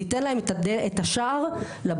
ניתן להם את השער לבגרות.